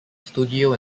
studio